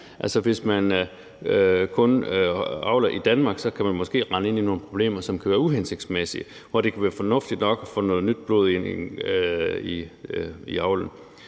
hvis man kun avler i Danmark, kan man måske rende ind i nogle problemer, som kan være uhensigtsmæssige, og hvor det kan være fornuftigt nok at få noget nyt blod ind i avlen.